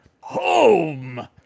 home